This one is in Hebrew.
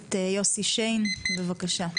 הכנסת יוסי שיין, בבקשה.